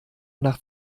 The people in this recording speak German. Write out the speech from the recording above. nach